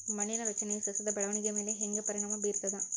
ಮಣ್ಣಿನ ರಚನೆಯು ಸಸ್ಯದ ಬೆಳವಣಿಗೆಯ ಮೇಲೆ ಹೆಂಗ ಪರಿಣಾಮ ಬೇರ್ತದ?